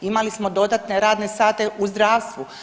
Imali smo dodatne radne sate u zdravstvu.